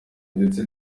ndetse